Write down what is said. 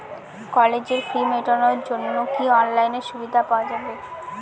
কলেজের ফি মেটানোর জন্য কি অনলাইনে সুবিধা পাওয়া যাবে?